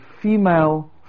female